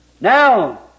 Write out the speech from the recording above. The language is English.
Now